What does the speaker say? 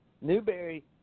Newberry